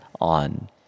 on